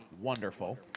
wonderful